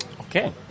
Okay